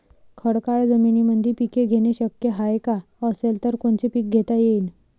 खडकाळ जमीनीमंदी पिके घेणे शक्य हाये का? असेल तर कोनचे पीक घेता येईन?